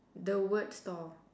the word store